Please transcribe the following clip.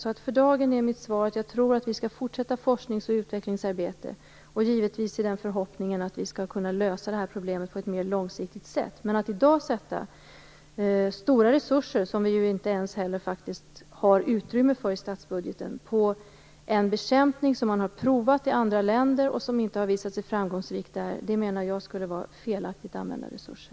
För dagen är alltså mitt svar att jag tror att vi skall fortsätta med forsknings och utvecklingsarbete - givetvis i förhoppning om att vi kan lösa problemet mera långsiktigt. Men att i dag avsätta stora resurser, som det faktiskt inte ens finns utrymme för i statsbudgeten, för en typ av bekämpning som provats i andra länder och som där inte visat sig vara framgångsrik menar jag skulle vara att felaktigt använda resurser.